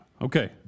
Okay